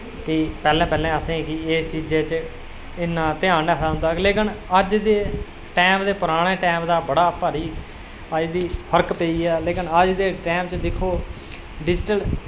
ते पैह्लें पैह्लें असेंगी गी इस चीजै च इन्ना ध्यान नेईं हा होंदा लेकिन अज्ज दे टैम ते पराने टैम दा बड़ा भारी अज्ज दी फर्क पेइया लेकिन अज्ज दे टैम च दिक्खो डिजटल